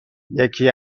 یکی